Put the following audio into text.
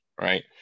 right